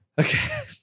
Okay